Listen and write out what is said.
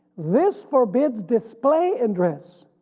this forbids display and dress,